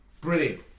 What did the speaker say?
Brilliant